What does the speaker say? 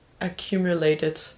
accumulated